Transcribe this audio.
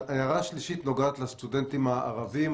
ההערה השלישית נוגעת לסטודנטים הערבים.